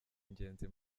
ingenzi